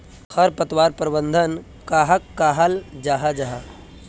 खरपतवार प्रबंधन कहाक कहाल जाहा जाहा?